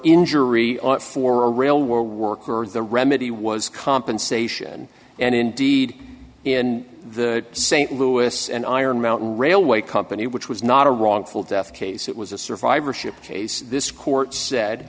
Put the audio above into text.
injury for a real worker the remedy was compensation and indeed in the st louis and iron mountain railway company which was not a wrongful death case it was a survivorship case this court said